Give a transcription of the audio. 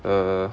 err